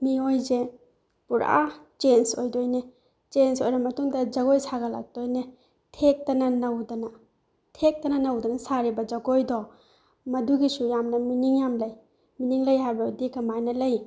ꯃꯤꯑꯣꯏꯁꯦ ꯄꯨꯔꯥ ꯆꯦꯟꯆ ꯑꯣꯏꯗꯣꯏꯅꯦ ꯆꯦꯟꯆ ꯑꯣꯏꯔꯕ ꯃꯇꯨꯡꯗ ꯖꯒꯣꯏ ꯁꯥꯒꯠꯂꯛꯇꯣꯏꯅꯦ ꯊꯦꯛꯇꯅ ꯅꯧꯗꯅ ꯊꯦꯛꯇꯅ ꯅꯧꯗꯅ ꯁꯥꯔꯤꯕ ꯖꯒꯣꯏꯗꯣ ꯃꯗꯨꯒꯤꯁꯨ ꯌꯥꯝꯅ ꯃꯤꯅꯤꯡ ꯌꯥꯝ ꯂꯩ ꯃꯤꯅꯤꯡ ꯂꯩ ꯍꯥꯏꯕꯗꯤ ꯀꯃꯥꯏꯅ ꯂꯩ